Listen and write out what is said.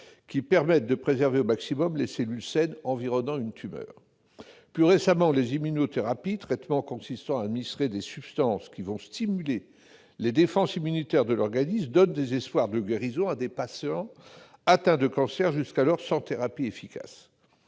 qui permettent de préserver au maximum les cellules saines environnant une tumeur. Plus récemment, les immunothérapies, traitements consistant à administrer des substances qui vont stimuler les défenses immunitaires de l'organisme, donnent des espoirs de guérison à des patients atteints de cancer jusqu'alors sans thérapies efficaces.